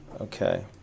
Okay